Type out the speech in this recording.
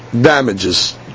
damages